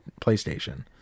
PlayStation